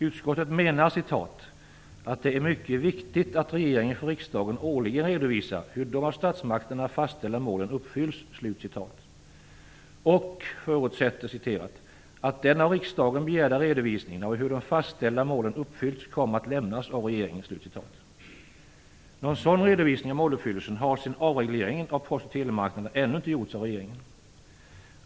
Utskottet menar att "det är mycket viktigt att regeringen för riksdagen årligen redovisar hur de av statsmakterna fastställda målen uppfylls" och "förutsätter att den av riksdagen begärda redovisningen av hur de av statsmakterna fastställda målen uppfylls kommer att lämnas av regeringen". Någon sådan redovisning av måluppfyllelsen har, sedan avregleringen av post och telemarknaden, ännu inte gjorts av regeringen.